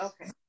okay